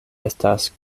estas